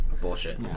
bullshit